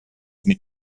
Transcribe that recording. mit